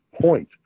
point